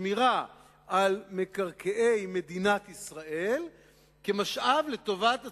שמירה על מקרקעי מדינת ישראל כמשאב לטובת הציבור,